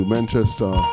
Manchester